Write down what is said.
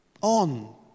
on